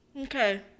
okay